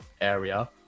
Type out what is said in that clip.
area